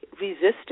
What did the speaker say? resisted